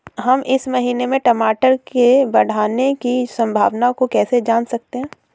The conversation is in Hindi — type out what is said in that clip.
हम इस महीने में टमाटर के बढ़ने की संभावना को कैसे जान सकते हैं?